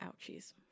Ouchies